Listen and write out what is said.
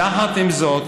ויחד עם זאת,